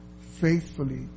faithfully